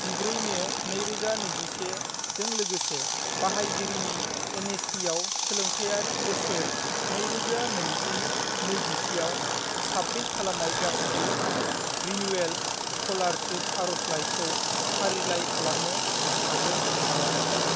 जिब्रै मे नैरोजा नैजिसेजों लोगोसे बाहायगिरिनि एनएसपिआव सोलोंथाइआरि बोसोर नैरोजा नैजि नैजिसेआव साबमिट खालामनाय गासैबो रिनिवेल स्क'लारसिप आरजलाइखौ फारिलाइ खालामनो हागोन नामा